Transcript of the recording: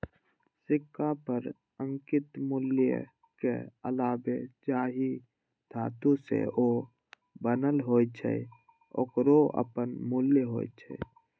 सिक्का पर अंकित मूल्यक अलावे जाहि धातु सं ओ बनल होइ छै, ओकरो अपन मूल्य होइ छै